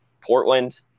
Portland